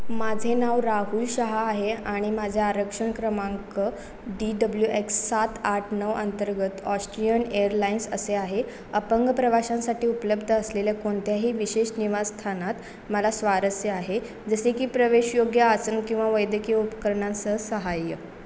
माझे नाव राहुल शहा आहे आणि माझे आरक्षण क्रमांक डी डब्ल्यू एक्स सात आठ नऊ अंतर्गत ऑस्ट्रियन एअरलाइन्स असे आहे अपंग प्रवाशांसाठी उपलब्ध असलेल्या कोणत्याही विशेष निवासस्थानात मला स्वारस्य आहे जसे की प्रवेश योग्य आसन किंवा वैद्यकीय उपकरणांसह सहाय्य